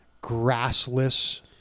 grassless